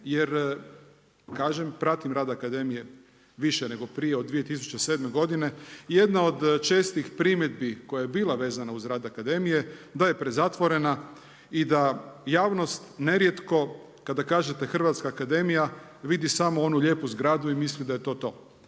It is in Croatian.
Jer, kažem, pratim rad akademije više nego prije od 2007. godine i jedna od čestih primjedbi koja je bila vezana uz rad Akademije da je prezatvorena i da javnost nerijetko kada kažete Hrvatska akademija vidi samo onu lijepu zgradu i misli da je to to.